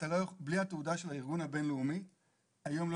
בלי התעודה של הארגון הבין-לאומי היום לא